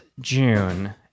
june